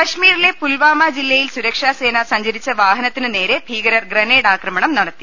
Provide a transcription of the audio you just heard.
കശ്മീരിലെ പുൽവാമ ജില്ലയിൽ സുരക്ഷാ സേന സഞ്ചരിച്ച വാഹനത്തിനു നേരെ ഭീകരർ ഗ്രനൈഡ് ആക്രമണം നടത്തി